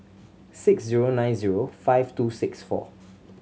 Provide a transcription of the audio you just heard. six zero nine zero five two six four